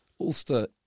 Ulster